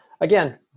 Again